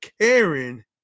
Karen